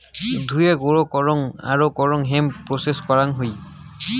ধুয়ে, গুঁড়ো করং আরো করং হেম্প প্রেসেস করং হই